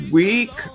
week